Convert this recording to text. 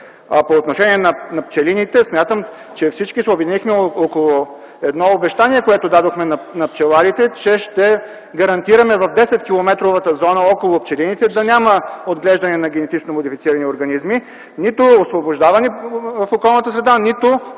по отношение на пчелините смятам, че всички се обединихме около едно обещание, което дадохме на пчеларите, че ще гарантираме в 10-километровата зона около пчелините да няма отглеждане на генетично модифицирани организми, нито освобождавани в околната среда, нито